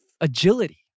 agility